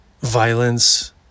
violence